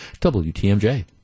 WTMJ